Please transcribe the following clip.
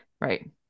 Right